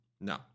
No